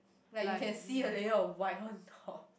like you can see a layer of white on top